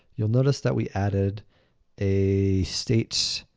you'll notice that we added a state.